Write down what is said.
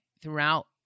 throughout